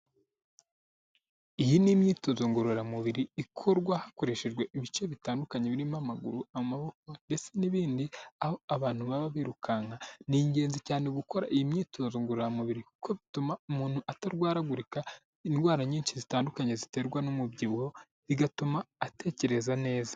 Iyi ni imyitozo ngororamubiri ikorwa hakoreshejwe ibice bitandukanye birimo amaguru, amaboko ndetse n'ibindi, aho abantu baba birukanka. Ni ingenzi cyane gukora iyi myitozo ngororamubiri kuko bituma umuntu atarwaragurika indwara nyinshi zitandukanye ziterwa n'umubyibuho, bigatuma atekereza neza.